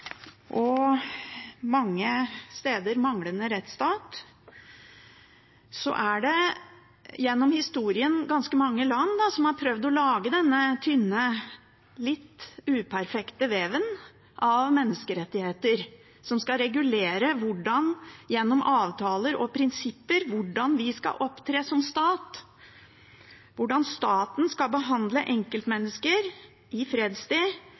og mange steder manglende rettsstat, er det gjennom historien ganske mange land som har prøvd å lage denne tynne, litt uperfekte, veven av menneskerettigheter, som gjennom avtaler og prinsipper skal regulere hvordan vi skal opptre som stat, hvordan staten skal behandle enkeltmennesker i